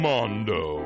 Mondo